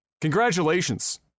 Congratulations